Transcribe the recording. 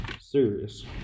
serious